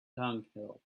dunghill